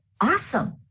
awesome